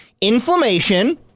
inflammation